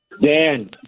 Dan